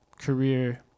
career